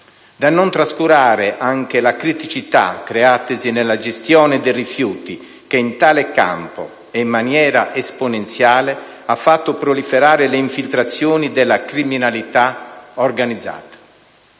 da trascurare anche le criticità creatisi nella gestione dei rifiuti che, in tale campo e in maniera esponenziale, ha fatto proliferare le infiltrazioni della criminalità organizzata.